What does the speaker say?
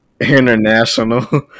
International